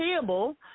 table